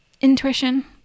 intuition